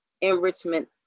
enrichment